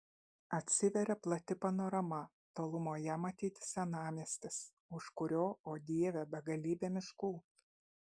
atsiveria plati panorama tolumoje matyti senamiestis už kiurio o dieve begalybė miškų